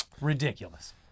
Ridiculous